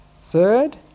Third